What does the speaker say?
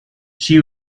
she